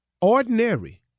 ordinary